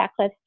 checklist